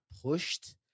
pushed